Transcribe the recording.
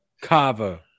Kava